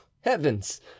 heavens